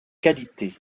qualité